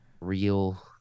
real